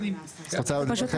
את רוצה עוד להתייחס?